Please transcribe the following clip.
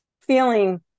feeling